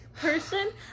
person